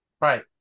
right